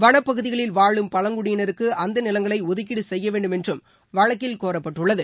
வளப் பகுதிகளில் வாழும் பழங்குடியினருக்கு அந்த நிலங்களை ஒதுக்கீடு செய்ய வேண்டும் என்றும் வழக்கில் கோரப்பட்டுள்ளது